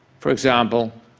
for example,